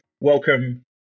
welcome